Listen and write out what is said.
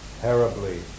terribly